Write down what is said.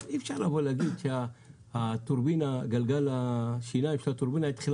אבל אי אפשר להגיד שגלגל השיניים של הטורבינה התחילה